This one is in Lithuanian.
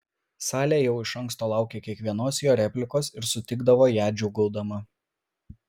salė jau iš anksto laukė kiekvienos jo replikos ir sutikdavo ją džiūgaudama